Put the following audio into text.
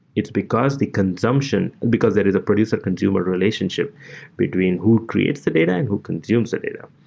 it's because the consumption, because there is a producer-consumer relationship between who creates the data and who consumes the data.